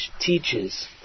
teaches